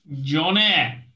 Johnny